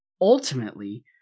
ultimately